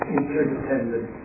interdependent